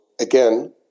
Again